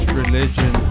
religion